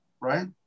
right